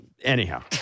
Anyhow